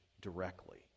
directly